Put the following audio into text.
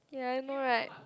ya I know right